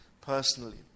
personally